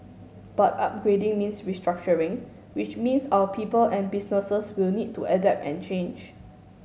but upgrading means restructuring which means our people and businesses will need to adapt and change